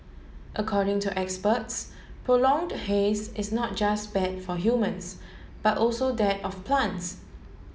according to experts prolonged haze is not just bad for humans but also that of plants